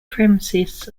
premises